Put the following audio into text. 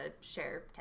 share